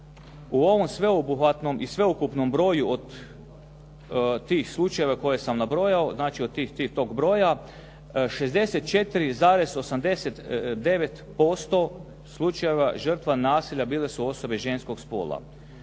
U ovom sveobuhvatnom i sveukupnom broju od tih slučajeva koje sam nabrojao, znači od tih toga broja, 64,89% žrtava nasilja bile su osobe ženskog spola.